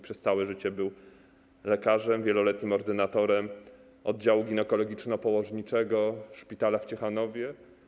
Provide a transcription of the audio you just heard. Przez całe życie był lekarzem, wieloletnim ordynatorem oddziału ginekologiczno-położniczego szpitala w Ciechanowie.